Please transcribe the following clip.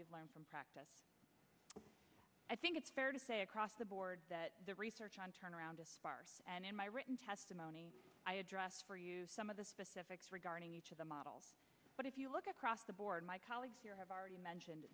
we've learned from practice i think it's fair to say across the board that the research on turnaround sparse and in my written testimony i addressed some of the specifics regarding each of the models but if you look at across the board my colleagues have already mentioned